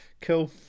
Cool